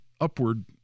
upward